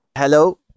Hello